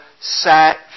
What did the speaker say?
sat